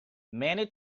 many